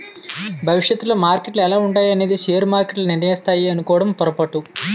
భవిష్యత్తులో మార్కెట్లు ఎలా ఉంటాయి అనేది షేర్ మార్కెట్లు నిర్ణయిస్తాయి అనుకోవడం పొరపాటు